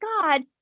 God